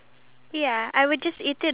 and they die